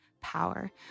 power